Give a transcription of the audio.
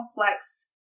complex